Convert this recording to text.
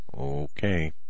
Okay